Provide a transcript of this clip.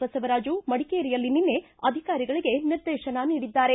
ಬಸವರಾಜು ಮಡಿಕೇರಿಯಲ್ಲಿ ನಿನ್ನೆ ಅಧಿಕಾರಿಗಳಿಗೆ ನಿರ್ದೇಶನ ನೀಡಿದ್ದಾರೆ